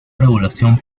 regulación